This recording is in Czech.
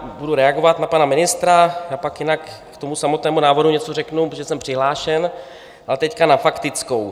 Budu reagovat na pana ministra a pak jinak k tomu samotnému návrhu něco řeknu, protože jsem přihlášen, ale teď na faktickou.